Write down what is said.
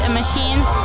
machines